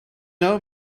know